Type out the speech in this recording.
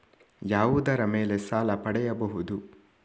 ಯಾವುದರ ಮೇಲೆ ಸಾಲ ಪಡೆಯಬಹುದು?